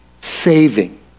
saving